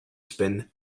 spend